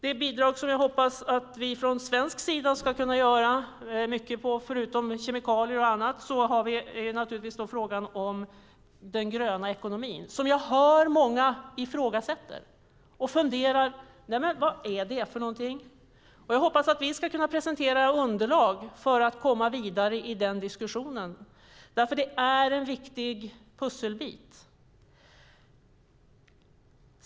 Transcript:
Det bidrag som jag hoppas att vi ska kunna ge från svensk sida förutom när det gäller kemikalier och annat gäller frågan om den gröna ekonomin. Jag hör att många ifrågasätter den och funderar på vad det är för någonting. Jag hoppas att vi ska kunna presentera underlag för att komma vidare i diskussionen, för det är en viktig pusselbit.